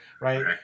right